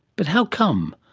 but how come?